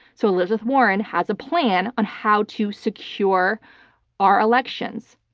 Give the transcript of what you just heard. so elizabeth warren has a plan on how to secure our elections.